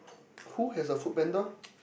who has a Foodpanda